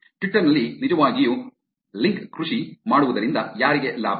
Twitter ನಲ್ಲಿ ನಿಜವಾಗಿಯೂ link ಕೃಷಿ ಮಾಡುವುದರಿಂದ ಯಾರಿಗೆ ಲಾಭ